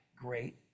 great